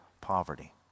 poverty